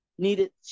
needed